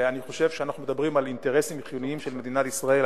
ואני חושב שאנחנו מדברים על אינטרסים חיוניים של מדינת ישראל.